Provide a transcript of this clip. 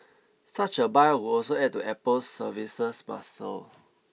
such a buyout would also add to Apple's services muscle